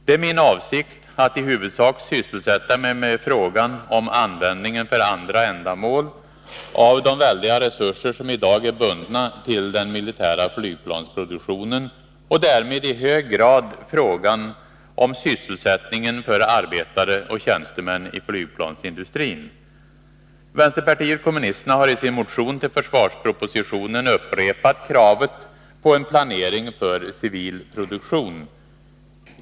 Det är min avsikt att i huvudsak sysselsätta mig med frågan om användning för andra ändamål av de väldiga resurser som i dag är bundna till den militära flygplansproduktionen — och därmed i hög grad frågan om sysselsättningen för arbetare och tjänstemän i flygplansindustrin. Vänsterpartiet kommunisterna har i sin motion med anledning av försvarspropositionen upprepat kravet på en planering för civil produktion.